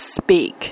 speak